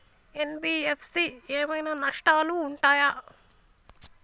NBFC ఏమైనా నష్టాలు ఉంటయా?